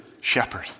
shepherd